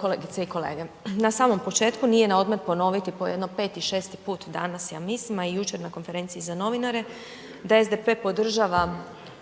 kolegice i kolege. Na samom početku nije na odmet ponoviti po jedno 5., 6. put danas ja mislim a i jučer na konferenciji za novinare, da SDP podržava